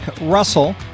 Russell